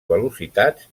velocitats